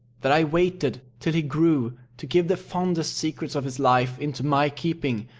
that i waited till he grew to give the fondest secrets of his life into my keeping,